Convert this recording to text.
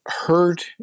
hurt